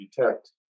detect